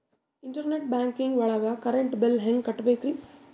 Internet banking ಒಳಗ್ current bill ಹೆಂಗ್ ಕಟ್ಟ್ ಬೇಕ್ರಿ?